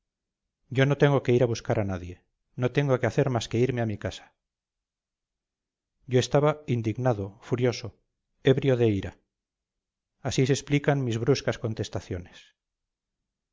yo no tengo que ir a buscar a nadie no tengo que hacer más que irme a mi casa yo estaba indignado furioso ebrio de ira así se explican mis bruscas contestaciones